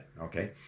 Okay